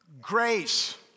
Grace